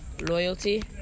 Loyalty